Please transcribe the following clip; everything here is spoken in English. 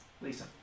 Lisa